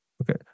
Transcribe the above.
Okay